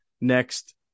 next